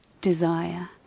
desire